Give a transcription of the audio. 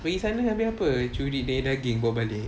pergi sana abeh apa curi dia punya daging bawa balik